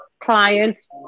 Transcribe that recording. clients